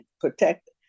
protect